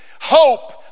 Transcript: Hope